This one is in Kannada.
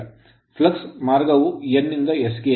flux ಫ್ಲಕ್ಸ್ ಮಾರ್ಗವು N ನಿಂದ S ಗೆ ಇದೆ